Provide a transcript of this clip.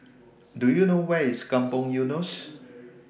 Do YOU know Where IS Kampong Eunos